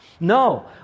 No